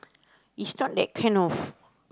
is not that kind of